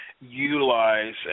utilize